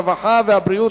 הרווחה והבריאות,